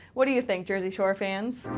what do you think, jersey shore fans?